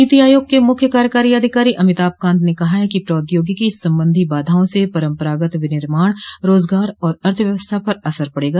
नीति आयोग के मुख्य कार्यकारी अधिकारी अमिताभ कांत ने कहा है कि प्रौद्यागिकी संबंधी बाधाओं से परम्परागत विर्निर्माण रोजगार और अर्थव्यवस्था पर असर पड़ेगा